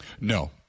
No